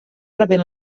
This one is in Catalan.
rebent